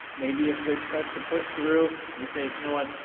maybe if it starts to push through, you just say, you know what,